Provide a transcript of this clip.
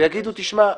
ויגידו: תשמע,